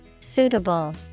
Suitable